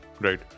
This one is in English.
right